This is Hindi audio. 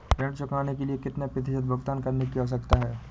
ऋण चुकाने के लिए कितना प्रतिशत भुगतान करने की आवश्यकता है?